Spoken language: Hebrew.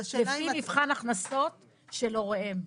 לפי מבחן הכנסות של הוריהם.